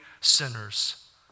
sinners